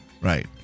Right